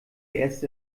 erst